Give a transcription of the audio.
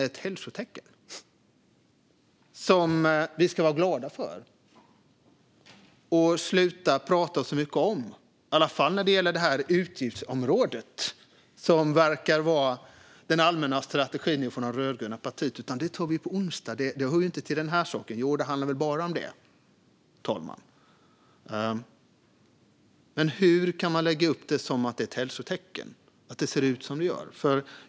Är det något som vi ska vara glada för och sluta prata så mycket om, i alla fall när det gäller det här utgiftsområdet? Den allmänna strategin från de rödgröna partierna verkar vara att vi ska ta det på onsdag, att det inte hör till den här saken. Jo, det handlar väl bara om det, fru talman. Hur kan man lägga upp det som att det är ett hälsotecken att det ser ut som det gör?